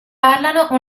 parlano